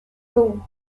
rome